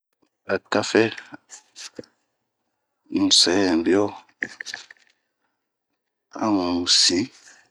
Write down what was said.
A kafe un se hinbii abun, a un siin.